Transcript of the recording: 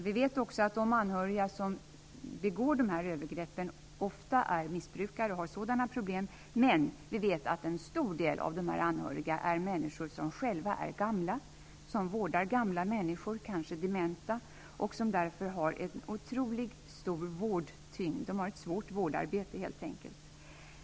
Vi vet också att de anhöriga som begår dessa övergrepp ofta är missbrukare och har problem, men vi vet också att en stor del av dessa anhöriga är människor som själva är gamla och som vårdar gamla människor, kanske dementa, och som därför har ett otroligt tungt vårdarbete.